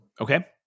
Okay